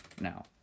Now